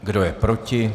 Kdo je proti?